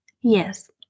yes